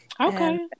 Okay